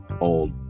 old